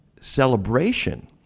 celebration